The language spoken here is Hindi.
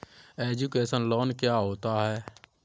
एजुकेशन लोन क्या होता है?